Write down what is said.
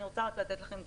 אני רוצה לתת לכם דוגמה,